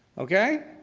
okay?